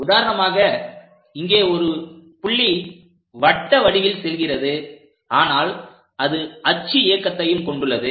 உதாரணமாக இங்கே ஒரு புள்ளி வட்ட வடிவில் செல்கிறது ஆனால் அது அச்சு இயக்கத்தையும் கொண்டுள்ளது